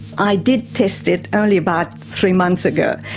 i did test it only about three months ago,